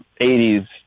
80s